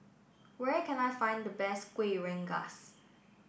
where can I find the best Kueh Rengas